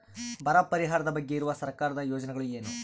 ಬರ ಪರಿಹಾರದ ಬಗ್ಗೆ ಇರುವ ಸರ್ಕಾರದ ಯೋಜನೆಗಳು ಏನು?